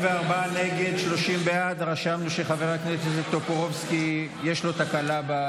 התשפ"ד 2023, לא נתקבלה.